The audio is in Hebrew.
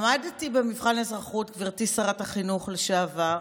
למדתי במבחן אזרחות, גברתי שרת החינוך לשעבר,